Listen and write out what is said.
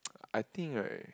I think right